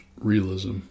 realism